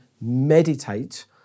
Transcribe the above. meditate